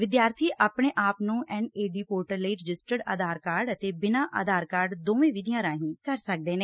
ਵਿਦਿਆਰਬੀ ਆਪਣੇ ਆਪ ਨੂੰ ਐਨ ਏ ਡੀ ਪੋਰਟਲ ਲਈ ਰਜਿਸਟਰ ਆਧਾਰ ਕਾਰਡ ਅਤੇ ਬਿਨਾਂ ਆਧਾਰ ਕਾਰਡ ਦੋਵੋਂ ਵਿਧੀਆਂ ਰਾਹੀਂ ਕਰ ਸਕਦੇ ਨੇ